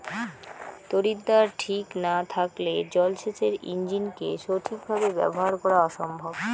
তড়িৎদ্বার ঠিক না থাকলে জল সেচের ইণ্জিনকে সঠিক ভাবে ব্যবহার করা অসম্ভব